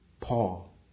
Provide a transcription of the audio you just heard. Paul